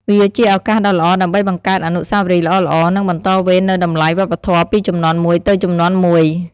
វាជាឱកាសដ៏ល្អដើម្បីបង្កើតអនុស្សាវរីយ៍ល្អៗ និងបន្តវេននូវតម្លៃវប្បធម៌ពីជំនាន់មួយទៅជំនាន់មួយ ។